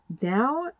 now